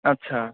আচ্ছা